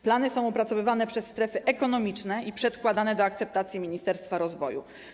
Plany są opracowywane przez strefy ekonomiczne i przedkładane do akceptacji Ministerstwu Rozwoju.